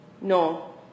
no